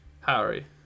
Harry